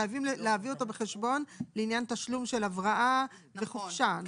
חייבים להביא אותו בחשבון לעניין תשלום של הבראה וחופשה.